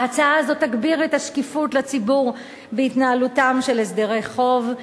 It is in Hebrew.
ההצעה הזאת תגביר את השקיפות לציבור בהתנהלותם של הסדרי חוב,